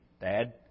Dad